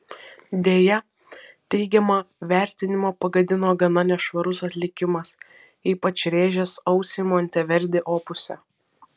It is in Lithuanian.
deja teigiamą vertinimą pagadino gana nešvarus atlikimas ypač rėžęs ausį monteverdi opuse